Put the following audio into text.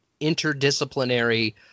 interdisciplinary